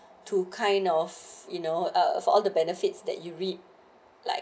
to kind of you know uh for all the benefits that you read like